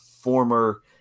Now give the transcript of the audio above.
former